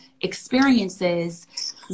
experiences